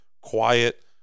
quiet